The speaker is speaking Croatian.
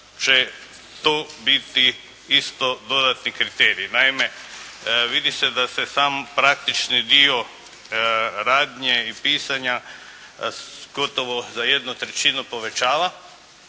će to biti isto dodatni kriterij. Naime, vidi se da se sam praktični dio radnje i pisanja gotovo za jednu trećinu povećava